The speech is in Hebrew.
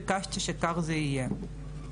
ביקשתי שכך זה יהיה.